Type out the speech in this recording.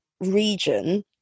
region